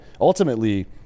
Ultimately